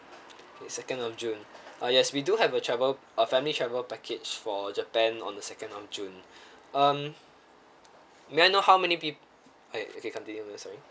okay second of june uh yes we do have a travel a family travel package for japan on the second of june um may I know how many peo~ okay okay continue sorry